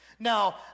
Now